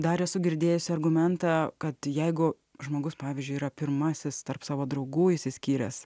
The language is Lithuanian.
dar esu girdėjusi argumentą kad jeigu žmogus pavyzdžiui yra pirmasis tarp savo draugų išsiskyręs